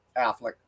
Affleck